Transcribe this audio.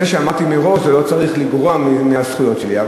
זה שאמרתי מראש זה לא צריך לגרוע מהזכויות שלי.